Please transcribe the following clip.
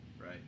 Right